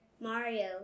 Mario